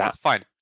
Fine